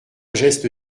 geste